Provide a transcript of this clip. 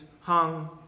hung